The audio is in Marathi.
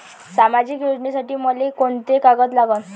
सामाजिक योजनेसाठी मले कोंते कागद लागन?